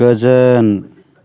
गोजोन